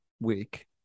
week